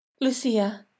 Lucia